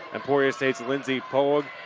emporia state's lindsay poague.